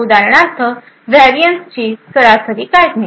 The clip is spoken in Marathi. उदाहरणार्थ व्हेरियन्सची सरासरी काढणे